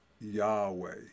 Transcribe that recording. Yahweh